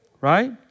Right